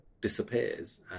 disappears